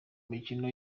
mikino